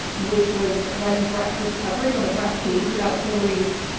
which was running breathless coverage on the front page about hilary's